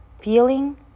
feeling